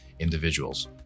Individuals